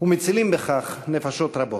ומצילים בכך נפשות רבות.